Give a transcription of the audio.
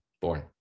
born